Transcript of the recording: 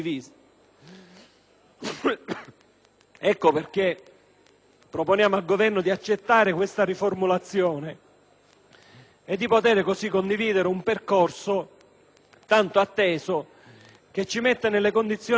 Ecco perché invitiamo il Governo ad accettare questa riformulazione in modo da poter così condividere un percorso tanto atteso, che ci mette nelle condizioni di risolvere casi